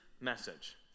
message